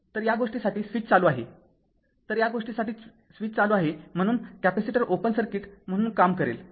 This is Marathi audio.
तर या गोष्टीसाठी स्विच चालू आहे तर या गोष्टीसाठी स्विच चालू आहे म्हणून कॅपेसिटर ओपन सर्किट म्हणून काम करेल